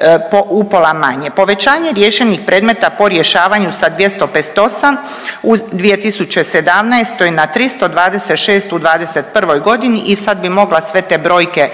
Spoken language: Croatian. nego upola manje. Povećanje riješenih predmeta po rješavanju sa 258 u 2017. na 326 u '21. g. i sad bih mogla sve te brojke